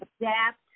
adapt